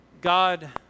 God